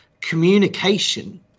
communication